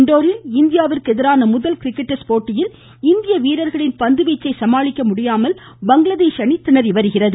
இண்டோரில் இந்தியாவிற்கு எதிரான முதல் கிரிக்கெட் டெஸ்ட் போட்டியில் இந்தியாவின் பந்துவீச்சை சமாளிக்க முடியாமல் பங்களாதேஷ் திணறி வருகிறது